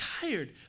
tired